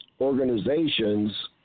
organizations